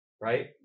Right